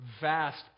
vast